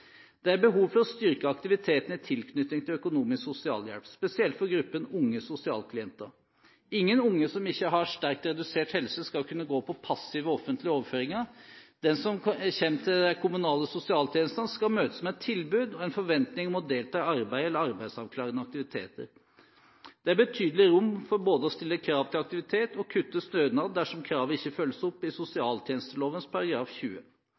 Det er behov for å styrke aktiviteten i tilknytning til økonomisk sosialhjelp, spesielt for gruppen unge sosialklienter. Ingen unge som ikke har sterkt redusert helse, skal kunne gå på passive offentlige overføringer. Den som kommer til de kommunale sosialtjenestene, skal møtes med et tilbud og en forventning om å delta i arbeid eller arbeidsavklarende aktiviteter. Det er betydelig rom for både å stille krav til aktivitet og å kutte stønaden dersom kravet ikke følges opp i sosialtjenesteloven § 20.